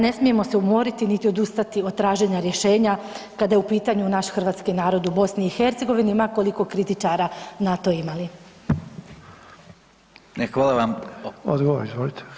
Ne smijemo se umoriti niti odustati od traženja rješenja kada je u pitanju naš Hrvatski narod u BiH ma koliko kritičara na to imali.